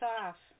off